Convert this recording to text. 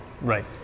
Right